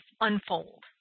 unfold